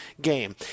game